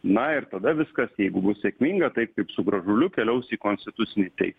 na ir tada viskas jeigu bus sėkminga taip kaip su gražuliu keliaus į konstitucinį teis